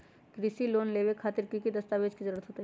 कृषि लोन लेबे खातिर की की दस्तावेज के जरूरत होतई?